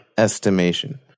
estimation